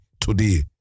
today